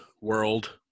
world